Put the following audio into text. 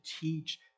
teach